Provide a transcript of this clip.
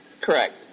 Correct